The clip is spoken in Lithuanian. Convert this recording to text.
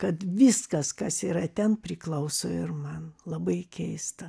kad viskas kas yra ten priklauso ir man labai keista